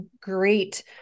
great